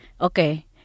Okay